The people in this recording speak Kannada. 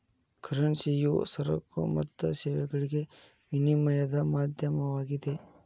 ಕರೆನ್ಸಿಯು ಸರಕು ಮತ್ತು ಸೇವೆಗಳಿಗೆ ವಿನಿಮಯದ ಮಾಧ್ಯಮವಾಗಿದೆ